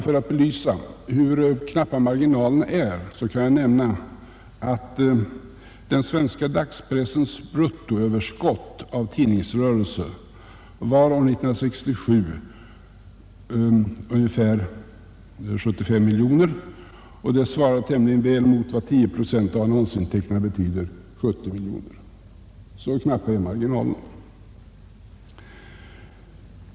För att belysa hur knappa marginalerna är kan jag nämna att den svenska dagspressens bruttoöverskott av tidningsrörelse år 1967 var ungefär 75 miljoner kronor. Det svarar tämligen väl mot vad 10 procent av annonseffekterna betyder — 70 miljoner kronor. Så knappa är marginalerna.